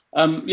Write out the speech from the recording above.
um, yeah,